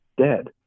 dead